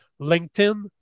LinkedIn